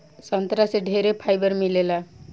संतरा से ढेरे फाइबर मिलेला